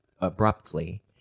abruptly